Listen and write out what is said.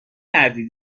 کردی